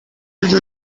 che